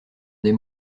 des